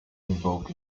involved